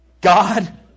God